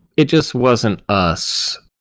it just wasn't us.